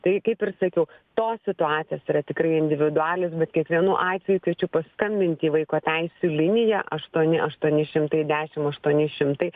tai kaip ir sakiau tos situacijos yra tikrai individualios bet kiekvienu atveju kviečiu paskambinti į vaiko teisių liniją aštuoni aštuoni šimtai dešim aštuoni šimtai